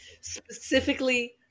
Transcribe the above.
Specifically